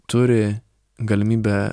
turi galimybę